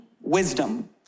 wisdom